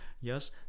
Yes